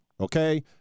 okay